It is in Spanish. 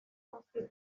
constituida